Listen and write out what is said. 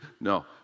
No